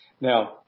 Now